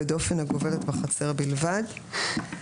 בדופן הגובלת בחצר בלבד (בפסקה זו פתח).